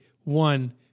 One